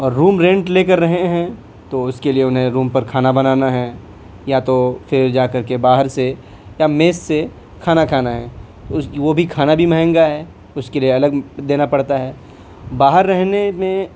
اور room rent لے کے رہے ہیں تو اس کے لیے انہیں روم پر کھانا بنانا ہے یا تو پھر جا کر کے باہر سے یا میس سے کھانا کھانا ہے وہ بھی کھانا بھی مہنگا ہے اس کے لیے الگ دینا پڑتا ہے باہر رہنے میں